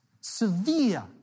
severe